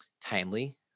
timely